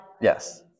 Yes